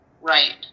Right